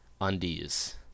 undies